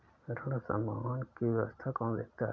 ऋण समूहन की व्यवस्था कौन देखता है?